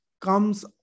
comes